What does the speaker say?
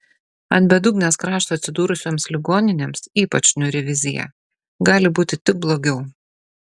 ant bedugnės krašto atsidūrusioms ligoninėms ypač niūri vizija gali būti tik blogiau